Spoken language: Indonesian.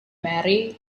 mary